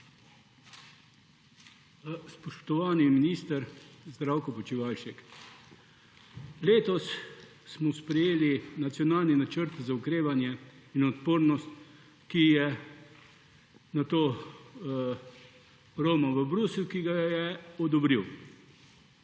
Spoštovani minister Zdravko Počivalšek! Letos smo sprejeli Nacionalni načrt za okrevanje in odpornost, ki je nato romal v Bruselj, ki ga je odobril.